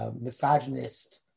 misogynist